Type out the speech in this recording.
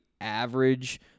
average